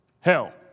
Hell